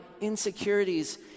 insecurities